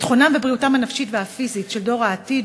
ביטחונם ובריאותם הנפשית והפיזית של דור העתיד